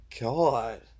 God